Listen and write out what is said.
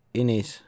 Inis